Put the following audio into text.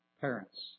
parents